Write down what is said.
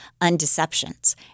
Undeceptions